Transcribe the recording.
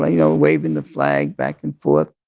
ah you know, waving the flag back and forth.